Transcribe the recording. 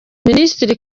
minisitiri